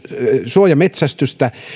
suojametsästystä